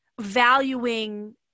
valuing